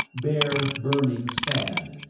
bare, burning sand,